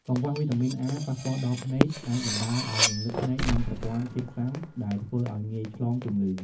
កង្វះវីតាមីនអា ប៉ះពាល់ដល់ភ្នែក អាចបណ្តាលឱ្យងងឹតភ្នែក និងប្រព័ន្ធភាពស៊ាំ ដែលធ្វើឱ្យងាយឆ្លងជំងឺ។